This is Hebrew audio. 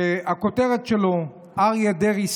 שהכותרת שלו "אריה דרעי,